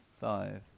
Five